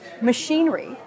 machinery